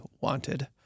wanted